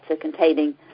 containing